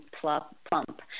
plump